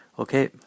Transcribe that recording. Okay